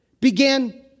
began